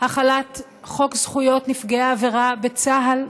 החלת חוק זכויות נפגעי עבירה בצה"ל,